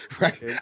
Right